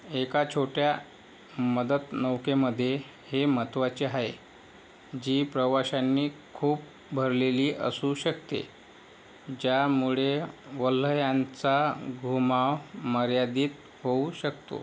एका छोट्या मदत नौकेमध्ये हे महत्वाचे आहे जी प्रवाशांनी खूप भरलेली असू शकते ज्यामुळे वल्हयांचा घुमाव मर्यादित होऊ शकतो